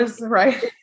right